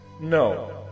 No